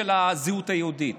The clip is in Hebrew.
הזהות היהודית.